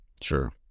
Sure